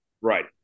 Right